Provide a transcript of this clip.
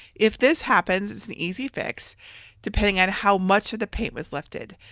if this happens, it's an easy fix depending on how much of the paint was lifted.